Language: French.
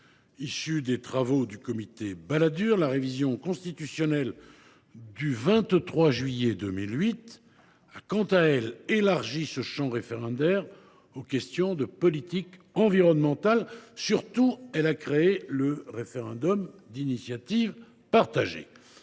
Issue des travaux du comité Balladur, la révision constitutionnelle du 23 juillet 2008 a quant à elle élargi ce champ référendaire aux questions de politique environnementale. Surtout, elle a créé le référendum d’initiative partagée.